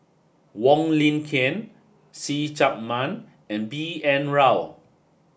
Wong Lin Ken See Chak Mun and B N Rao